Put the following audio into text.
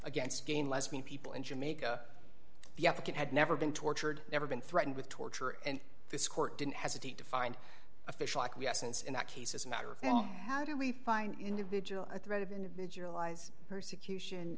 against gay and lesbian people in jamaica the applicant had never been tortured never been threatened with torture and this court didn't hesitate to find official acquiescence in that case as a matter of how do we find individual a threat of individualize persecution